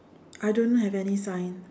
I don't have any sign